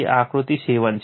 આ આકૃતિ 7 છે